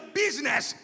business